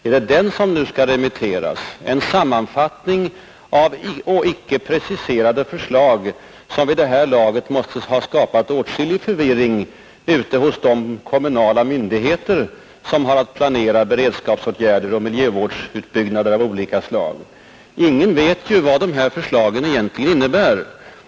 Är det den som nu skall remitteras — en sammanfattning av icke preciserade förslag, som vid det här laget måste ha skapat åtskillig förvirring ute hos de kommunala myndigheter som har att planera beredskapsåtgärder och miljövårdsutbyggnader av olika slag? Ingen vet vad dessa förslag innebär.